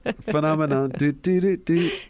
Phenomenon